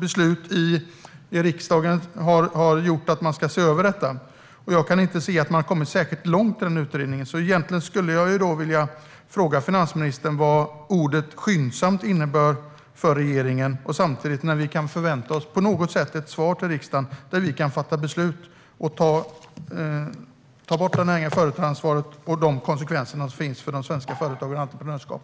beslut i riksdagen ska regeringen se över detta, Jag kan dock inte se att utredningen har kommit särskilt långt. Därför frågar jag finansministern: Vad innebär ordet "skyndsamt" för regeringen? Och när kan vi förvänta oss ett svar till riksdagen så att vi kan fatta beslut om att ta bort företrädaransvaret och dess konsekvenser för svenskt företagande och entreprenörskap?